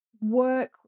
work